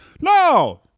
No